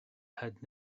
had